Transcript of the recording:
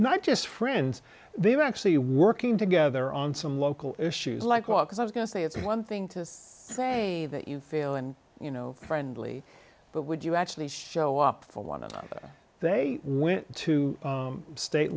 not just friends they were actually working together on some local issues like well because i was going to say it's one thing to say that you fail and you know friendly but would you actually show up for one of them but they went to state